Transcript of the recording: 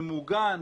ממוגן,